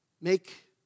make